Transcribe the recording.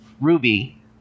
Ruby